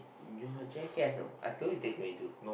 you are a jack ass you know I told you take twenty two